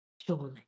surely